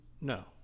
No